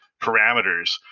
parameters